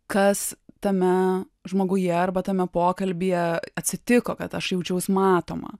kas tame žmoguje arba tame pokalbyje atsitiko kad aš jaučiaus matoma